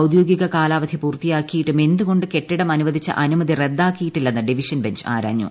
ഔദ്യോഗിക കാലാവധി പൂർത്തിയാക്കിയിട്ടും എന്തു കൊണ്ട് കെട്ടിടം അനുവദിച്ച അനുമതി റദ്ദാക്കിയിട്ടില്ലെന്ന് ഡിവിഷൻ ബെഞ്ച് ആരാഞ്ഞു